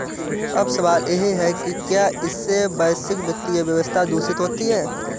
अब सवाल यह है कि क्या इससे वैश्विक वित्तीय व्यवस्था दूषित होती है